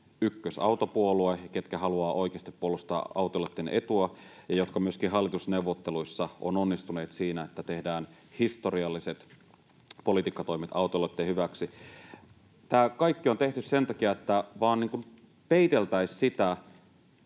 ykkösautopuolue ja ketkä haluavat oikeasti puolustaa autoilijoitten etua ja ketkä myöskin hallitusneuvotteluissa ovat onnistuneet siinä, että tehdään historialliset politiikkatoimet autoilijoitten hyväksi. Tämä kaikki on tehty sen takia, että vaan peiteltäisiin sitä,